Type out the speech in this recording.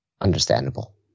understandable